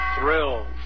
Thrills